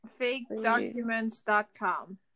FakeDocuments.com